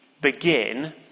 begin